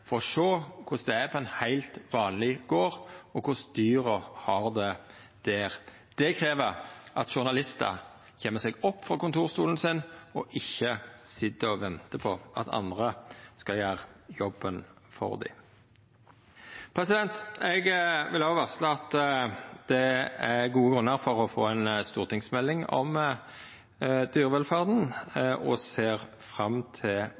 sjå korleis det er på ein heilt vanleg gard, og korleis dyra har det der. Det krev at journalistar kjem seg opp frå kontorstolen sin og ikkje sit og ventar på at andre skal gjera jobben for dei. Eg vil òg varsla at det er gode grunnar for å få ei stortingsmelding om dyrevelferd, og eg ser fram til